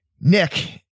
Nick